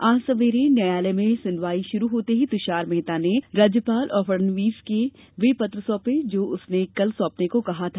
आज सवेरे न्यायालय में सुनवाई शुरू होते ही तुषार मेहता ने राज्यपाल और फडणवीस के वे पत्र सौंपे जो उसने कल सौंपने को कहा था